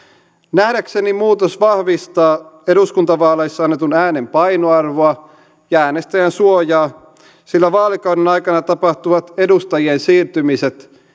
nähdäkseni muutos vahvistaa eduskuntavaaleissa annetun äänen painoarvoa ja äänestäjänsuojaa sillä vaalikauden aikana tapahtuvat edustajien siirtymiset